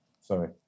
Sorry